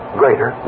greater